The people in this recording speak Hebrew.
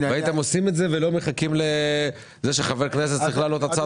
הייתם עושים את זה ולא מחכים לחבר כנסת שיעלה הצעת חוק כזאת.